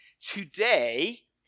today